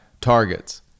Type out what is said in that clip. targets